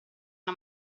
una